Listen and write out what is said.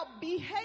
behavior